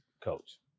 coach